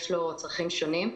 שונים,